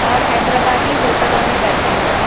اور حیدرآبادی ہوٹلوں میں بنتے ہے